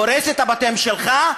הורס את הבתים שלך.